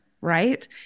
right